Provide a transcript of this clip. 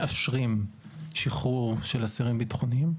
מאשרים שחרור של אסירים ביטחוניים?